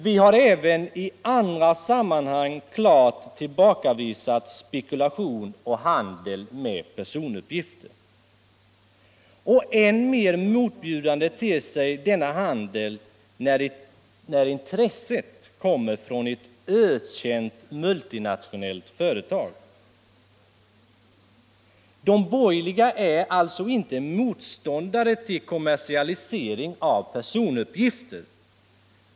Vi har ju även i andra sammanhang klart tillbakavisat spekulation och handel med personuppgifter. Än mer motbjudande ter sig denna handel när intresset kommer från ett ökänt multinationellt företag. De borgerliga är alltså inte motståndare till kommersialisering av personuppgifter.